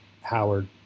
Howard